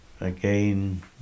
Again